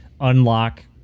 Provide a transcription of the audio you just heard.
unlock